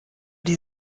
die